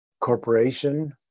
corporation